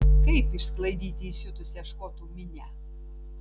kaip išsklaidyti įsiutusią škotų minią